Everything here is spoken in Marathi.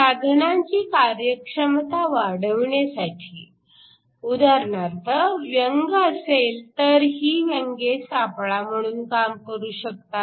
साधनांची कार्यक्षमता वाढविण्यासाठी उदाहरणार्थ व्यंग असेल तर ही व्यंगे सापळा म्हणून काम करू शकतात